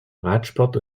radsport